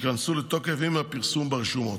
ייכנסו לתוקף עם הפרסום ברשומות.